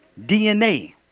DNA